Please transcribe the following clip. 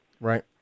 right